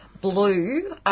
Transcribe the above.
blue